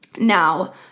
Now